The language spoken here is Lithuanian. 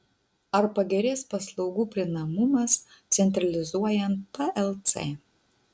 ar pagerės paslaugų prieinamumas centralizuojant plc